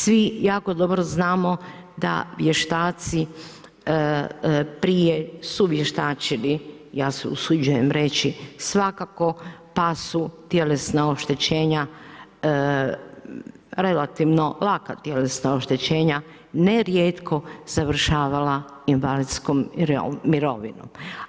Svi jako dobro znamo da vještaci prije su vještačili, ja se usuđujem reći svakako pa su tjelesna oštećenja relativno laka tjelesna oštećenja nerijetko završavala invalidskom mirovinom.